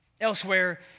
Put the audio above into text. Elsewhere